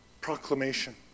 proclamation